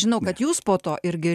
žinau kad jūs po to irgi